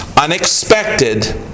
unexpected